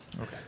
Okay